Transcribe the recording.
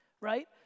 Right